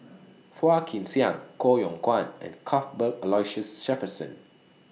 Phua Kin Siang Koh Yong Guan and Cuthbert Aloysius Shepherdson